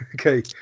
Okay